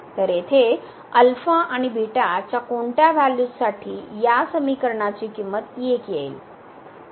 तर येथे आणि च्या कोणत्या व्हॅल्यूज साठी या समीकरणाची किंमत 1 येईल